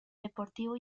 deportivo